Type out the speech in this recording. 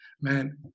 man